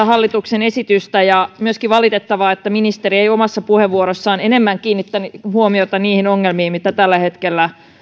hallituksen esitystä ja on myöskin valitettavaa että ministeri ei omassa puheenvuorossaan enemmän kiinnittänyt huomiota niihin ongelmiin mitä tällä hetkellä